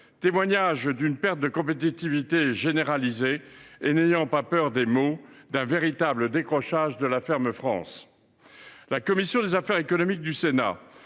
témoigne d’une perte de compétitivité généralisée et, n’ayons pas peur des mots, d’un véritable décrochage de la ferme France. La commission des affaires économiques du Sénat